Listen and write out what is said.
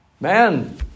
Man